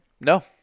No